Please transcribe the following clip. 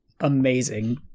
amazing